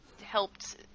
helped